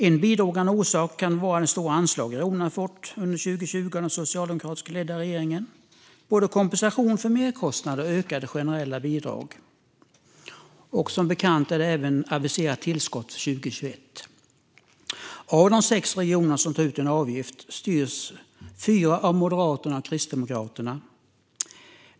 En bidragande orsak kan vara de stora anslag, både kompensation för merkostnader och ökade generella bidrag, som regionerna har fått under 2020 av den socialdemokratiskt ledda regeringen. Som bekant har det även aviserats tillskott för 2021. Av de sex regioner som tar ut en avgift styrs fyra av Moderaterna och Kristdemokraterna.